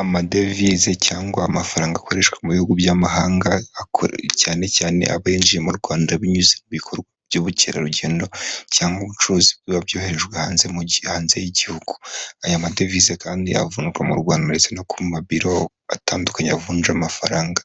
Amadevize cyangwa amafaranga akoreshwa mu bihugu by'amahanga, cyane cyane abinjiye mu Rwanda binyuze mu bikorwa by'ubukerarugendo cyangwa ibicuruzwi biba byoherejwe hanze hanze y'igihugu. Aya madevize kandi avunjwa mu Rwanda ndetse no ku mabiro atandukanye, avunja amafaranga